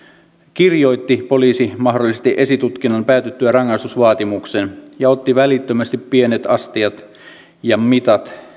kirjoitti poliisi mahdollisesti esitutkinnan päätyttyä rangaistusvaatimuksen ja otti välittömästi pienet astiat mitat